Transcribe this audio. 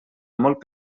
molt